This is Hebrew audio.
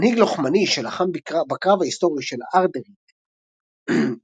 מנהיג לוחמני שלחם בקרב ההיסטורי של ארדריד ב-573,